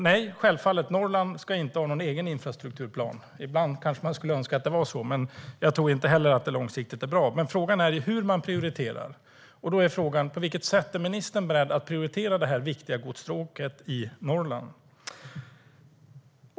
Nej, Norrland ska självfallet inte ha någon egen infrastrukturplan. Ibland kanske man skulle önska att det var så, men jag tror inte heller att det är bra långsiktigt. Frågan är dock hur man prioriterar. På vilket sätt är ministern beredd att prioritera detta viktiga godsstråk i Norrland?